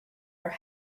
are